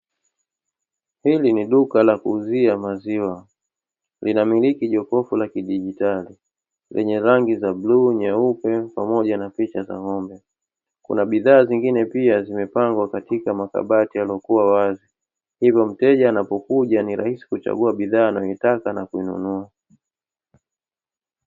Hili ni duka la kuuzia maziwa, lina miliki jokofu la kidigitali lenye rangi za bluu, nyeupe pamoja na picha za ng'ombe. Kuna bidhaa zingine pia zimepangwa katika makabati yaliyokuwa wazi. Hivyo mteja anapokuja ni rahisi kuchagua bidhaa anayo taka na kuinunua.